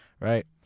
Right